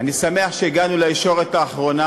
אני שמח שהגענו לישורת האחרונה,